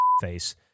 face